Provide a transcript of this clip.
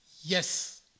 Yes